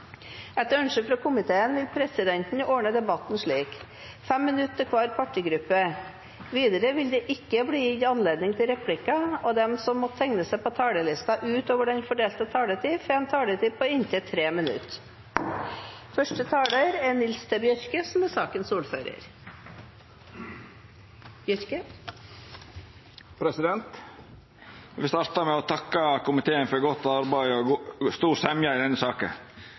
vil presidenten ordne debatten slik: 5 minutter til hver partigruppe. Videre vil det ikke bli gitt anledning til replikker, og de som måtte tegne seg på talerlisten utover den fordelte taletid, får en taletid på inntil 3 minutter. Eg vil starta med å takka komiteen for godt arbeid og stor semje i denne saka. Det er viktig for Stortinget sitt kontrollarbeid at ein samla komité stiller seg bak hovudlinene i